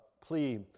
plea